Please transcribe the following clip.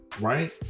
right